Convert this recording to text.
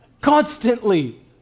constantly